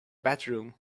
bedroom